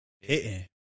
Hitting